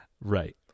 right